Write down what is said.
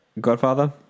Godfather